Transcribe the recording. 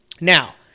now